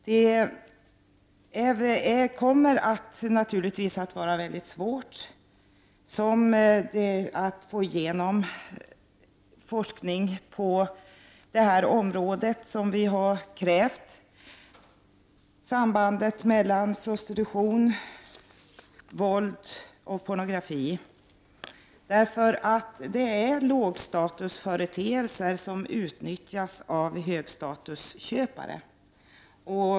Det kommer naturligtvis att vara mycket svårt att få igenom forskning när det gäller samband mellan prostitution, våld och pornografi i enlighet med vad vi har krävt, eftersom det är fråga om lågstatusföreteelser som utnyttjas av högstatusköpare.